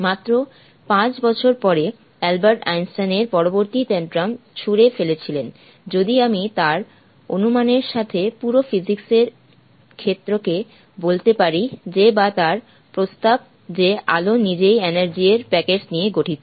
মাত্র 5 বছর পরে অ্যালবার্ট আইনস্টাইন এর পরবর্তী ট্যানট্রাম ছুঁড়ে ফেলেছিলেন যদি আমি তার অনুমানের সাথে পুরো ফিজিক্স এর ক্ষেত্রকে বলতে পারি যে বা তার প্রস্তাব যে আলো নিজেই এনার্জি এর প্যাকেট নিয়ে গঠিত